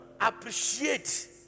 appreciate